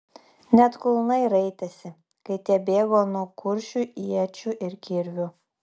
net kulnai raitėsi kai tie bėgo nuo kuršių iečių ir kirvių